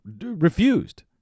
refused